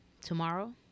Tomorrow